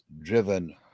driven